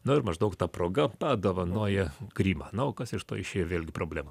no ir maždaug ta proga padovanoja krymą na o kas iš to išėjo vėlgi problema